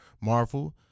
marvel